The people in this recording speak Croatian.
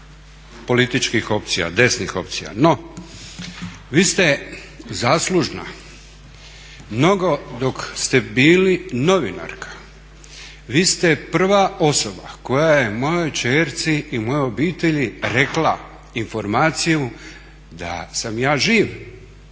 političkih opcija, desnih opcija. No vi ste zaslužna mnogo dok ste bili novinarka, vi ste prva osoba koja je mojoj kćeri i mojoj obitelji rekla informaciju da sam ja živ,